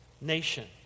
nation